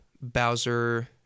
Bowser